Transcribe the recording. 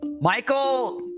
Michael